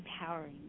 Empowering